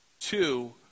Two